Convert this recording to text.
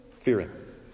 Fearing